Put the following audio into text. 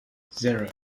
zero